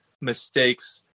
mistakes